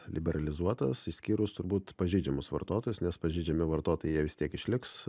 liberalizuotas išskyrus turbūt pažeidžiamus vartotojus nes pažeidžiami vartotojai jie vis tiek išliks